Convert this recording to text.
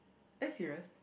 are you serious